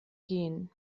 gehen